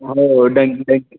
हो thank you thank you